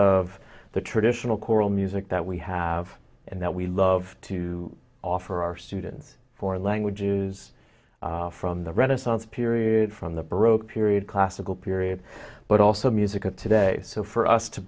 of the traditional choral music that we have and that we love to offer our students for languages from the renaissance period from the baroque period classical period but also music of today so for us to